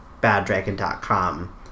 BadDragon.com